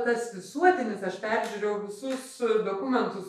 tas visuotinis aš peržiūrėjau visus dokumentus